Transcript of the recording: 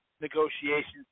negotiations